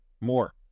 more